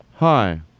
Hi